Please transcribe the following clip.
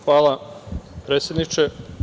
Hvala, predsedniče.